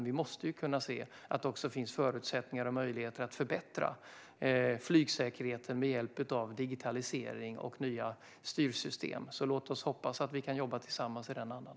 Vi måste kunna se att det också finns förutsättningar och möjligheter att förbättra flygsäkerheten med hjälp av digitalisering och nya styrsystem. Låt oss hoppas att vi kan jobba tillsammans i den andan!